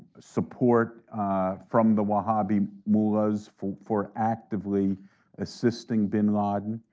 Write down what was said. support from the wahhabi muwahs for for actively assisting bin laden.